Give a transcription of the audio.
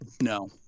No